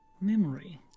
memory